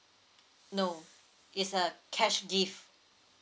no is a cash gift